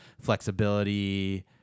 flexibility